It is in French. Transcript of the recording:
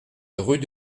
rue